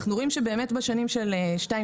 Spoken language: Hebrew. הייתי שם לפני חודש